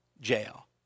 jail